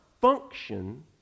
function